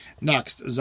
Next